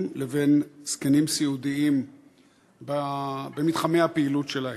לבין זקנים סיעודיים במתחמי הפעילות שלהם.